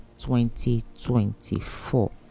2024